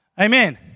Amen